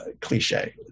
cliche